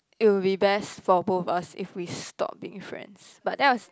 it would be best for both of us if we stop being friends but that was